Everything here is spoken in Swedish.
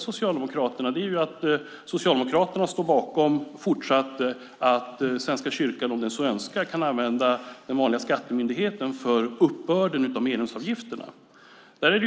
Socialdemokraterna står fortsatt bakom att Svenska kyrkan om den så önskar kan använda den vanliga skattemyndigheten för uppbörden av medlemsavgifterna. Där vill jag verkligen hedra Socialdemokraterna.